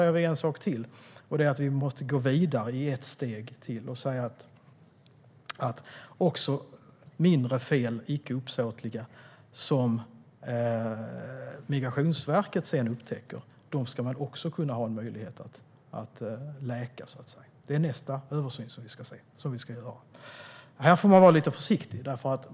Det andra som vi måste göra är att gå vidare ett steg till och säga att även mindre och icke uppsåtliga fel som Migrationsverket sedan upptäcker ska vara möjliga att så att säga läka. Det är nästa översyn som vi ska göra. Här får vi vara lite försiktiga.